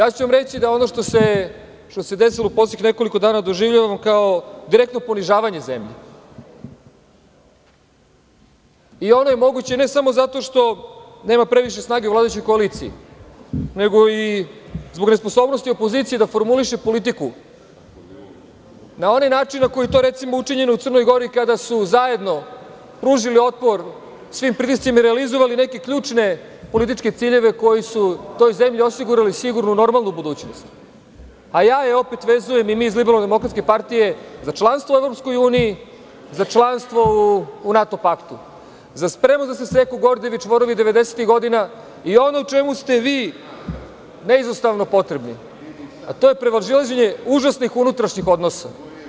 Reći ću vam da ono što se desilo u poslednjih nekoliko dana doživljavam kao direktno ponižavanje zemlje, i ono je moguće, ne samo zato što nema previše snage u vladajućoj koaliciji, nego i zbog nesposobnosti opozicije da formuliše politiku na onaj način na koji je to, recimo, učinjeno u Crnoj Gori, kada su zajedno pružili otpor svim pritiscima i realizovali neke ključne političke ciljeve koji su toj zemlji osigurali sigurnu, normalnu budućnost, a opet je vezujem, i mi iz LDP za članstvo u EU, za članstvo u NATO paktu, za spremnog da se seku Gordijevi čvorovi 90-ih godina i, ono o čemu ste vi neizostavno potrebni, a to je prevazilaženje užasnih unutrašnjih odnosa.